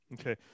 Okay